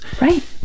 Right